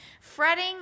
Fretting